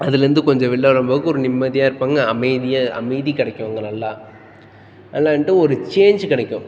அதிலிருந்து கொஞ்சம் வெளில வரும் போது ஒரு நிம்மதியாக இருப்பாங்க அமைதியாக அமைதி கிடைக்கும் அங்கே நல்லா இல்லண்ட்டு ஒரு சேஞ்ச் கிடைக்கும்